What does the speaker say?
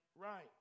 right